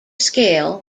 scale